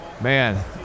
Man